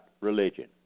religion